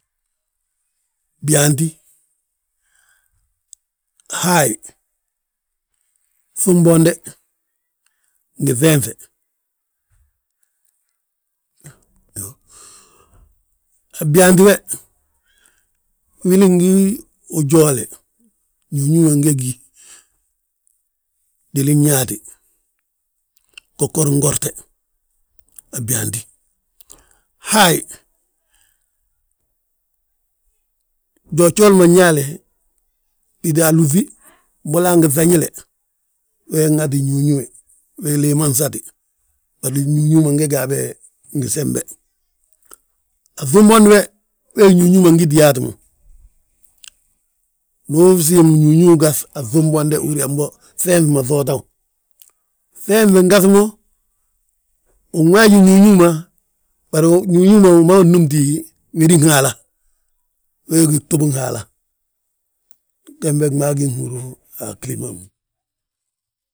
Byaantí, haayi, ŧunbonde, ngi ŧenŧe, a byaantí be, wili gí ujoole, ñuñuwe nge gí, déli nyaati, gogori ngorte, a byaantí. Haayi, jojooli ma nyaale, tita alúŧi mbolo han giŧile, w ŋati ñuñuwe, me lee ma nsati. Bari ñuñuwi ma nge gí habe ngi sembe. A ŧumbondi we we ñuñuw ma ngiti yaati mo, ndu usiim ñuñuw gaŧ a ŧumbonde, uhúri yaa mbo ŧenŧi ma ŧootaw. Ŧenŧi ngaŧ mo, win waaji ñuñuw ma, bari ñuñuw ma wi maa wi nnúmti wédin haala, wee gí gtubin haala, gembe gmaagi nhúru a glima ma.